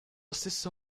stesso